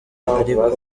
ariko